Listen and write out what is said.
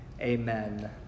Amen